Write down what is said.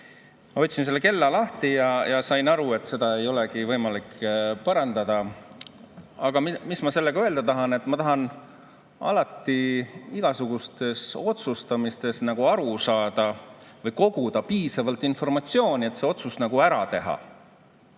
Ma võtsin selle kella lahti ja sain aru, et seda ei olegi võimalik parandada. Mis ma sellega öelda tahan? Ma tahan alati igasugustes otsustamistes aru saada või koguda piisavalt informatsiooni, et see otsus ära teha.